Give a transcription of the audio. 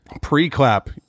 Pre-clap